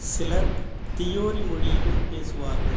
சிலர் தியோரி மொழியிலும் பேசுவார்கள்